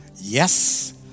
Yes